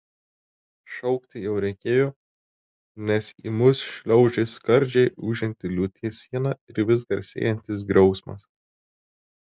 šaukti jau reikėjo nes į mus šliaužė skardžiai ūžianti liūties siena ir vis garsėjantis griausmas